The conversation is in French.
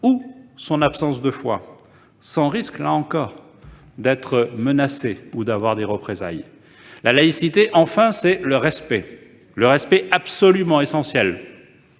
ou son absence de foi, sans crainte d'être menacé de représailles. La laïcité, enfin, c'est le respect : le respect absolument essentiel,